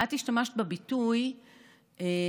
את השתמשת בביטוי "נטל",